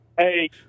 Hey